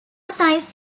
sites